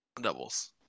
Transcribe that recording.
doubles